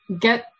get